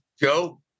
Joe